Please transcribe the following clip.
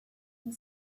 and